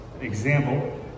example